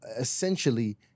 essentially